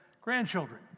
grandchildren